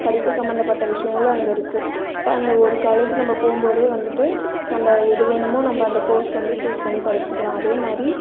படிப்பு சம்பந்தப்பட்ட விஷயங்களும் அங்கே இருக்குது இப்போ அந்த ஒரு காலேஜ் நம்ம போகும்போதே வந்துட்டு நம்ம எது வேணுமோ நம்ம அந்த கோர்ஸ் வந்து சூஸ் பண்ணி படிச்சுக்கலாம் அதே மாதிரி